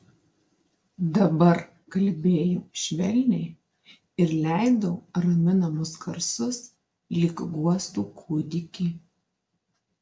dabar kalbėjo švelniai ir leido raminamus garsus lyg guostų kūdikį